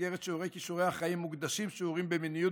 במסגרת שיעורי כישורי החיים מוקדשים שיעורים למיניות